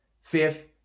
Fifth